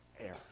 Air